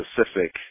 specific